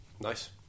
Nice